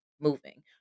moving